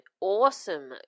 awesome